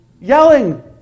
yelling